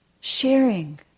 sharing